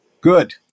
Good